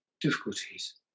difficulties